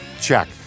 Check